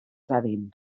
dadin